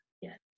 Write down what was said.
yes